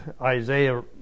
Isaiah